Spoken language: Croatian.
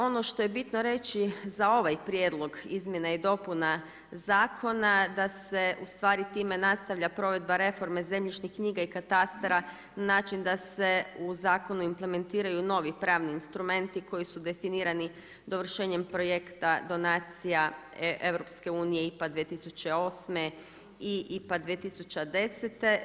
Ono što je bitno reći za ovaj prijedlog izmjena i dopuna zakona da se time nastavlja provedba reforme zemljišnih knjiga i katastara na način da se u zakon implementiraju novi pravni instrumenti koji su definirani dovršenjem projekta donacija EU IPA 2008. i IPA 2010.